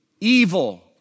evil